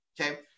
okay